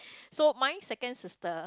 so my second sister